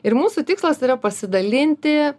ir mūsų tikslas yra pasidalinti